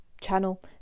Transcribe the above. channel